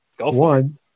One